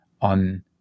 on